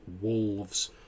wolves